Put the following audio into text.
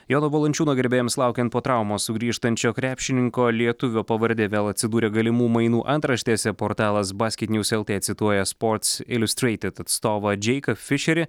jono valančiūno gerbėjams laukiant po traumos sugrįžtančio krepšininko lietuvio pavardė vėl atsidūrė galimų mainų antraštėse portalas basket niuz lt cituoja sports iliustreited atstovą džeiką fišerį